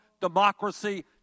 democracy